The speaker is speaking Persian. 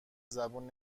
زبون